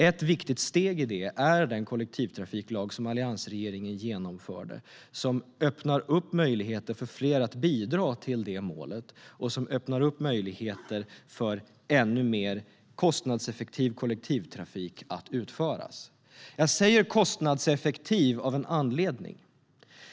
Ett viktigt steg i det är den kollektivtrafiklag som alliansregeringen införde och som öppnar möjligheter för fler att bidra till det målet och för ännu mer kostnadseffektiv kollektivtrafik att utföras. Jag säger kostnadseffektiv av en anledning.